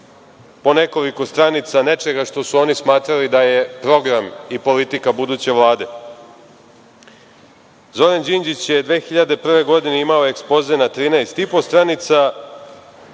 po nekoliko stranica nečega što su oni smatrali da je program i politika buduće Vlade. Zoran Đinđić je 2001. godine imao ekspoze na trinaest i po stranica,